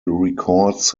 records